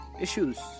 issues